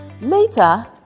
Later